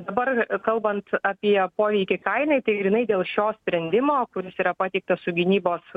dabar kalbant apie poveikį kainai tai grynai dėl šio sprendimo kuris yra pateiktas su gynybos